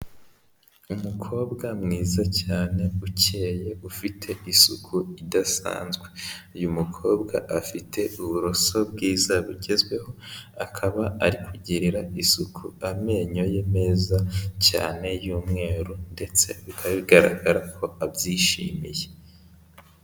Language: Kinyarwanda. Umukobwa mwiza cyane ukeye, ufite isuku idasanzwe. Uyu mukobwa afite uburoso bwiza bugezweho, akaba ari kugirira isuku amenyo ye meza cyane y'umweru ndetse bikaba bigaragara ko abyishimiye.